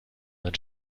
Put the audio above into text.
man